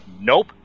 Nope